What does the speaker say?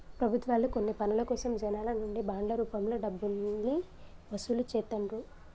ప్రభుత్వాలు కొన్ని పనుల కోసం జనాల నుంచి బాండ్ల రూపంలో డబ్బుల్ని వసూలు చేత్తండ్రు